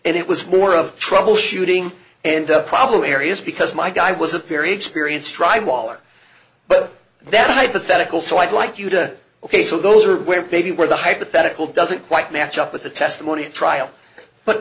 and it was more of troubleshooting and problem areas because my guy was a very experienced dr waller but that hypothetical so i'd like you to ok so those are where maybe where the hypothetical doesn't quite match up with the testimony at trial but